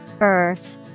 Earth